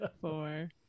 four